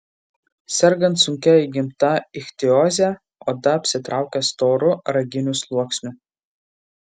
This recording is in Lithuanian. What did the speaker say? sergant sunkia įgimta ichtioze oda apsitraukia storu raginiu sluoksniu